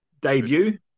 debut